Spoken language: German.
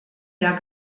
der